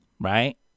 right